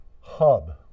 hub